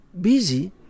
busy